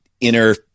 inner